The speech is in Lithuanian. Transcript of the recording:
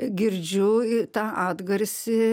girdžiu tą atgarsį